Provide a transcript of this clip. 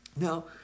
Now